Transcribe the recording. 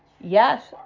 Yes